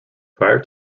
prior